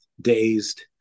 dazed